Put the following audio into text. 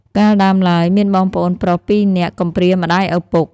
កាលដើមឡើយ មានបងប្អូនប្រុសពីរនាក់ កំព្រាម្តាយឪពុក។